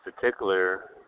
particular